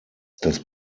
das